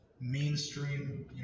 mainstream